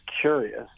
curious